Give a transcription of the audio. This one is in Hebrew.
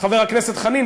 חבר הכנסת חנין,